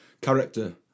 character